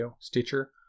Stitcher